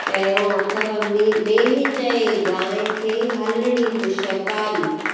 पहिरियों अथव मेंहिं चए गांइ खे हलिड़ी पुछु कारी